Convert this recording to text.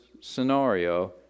scenario